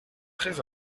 très